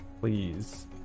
please